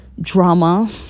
drama